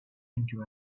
into